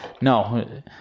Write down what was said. No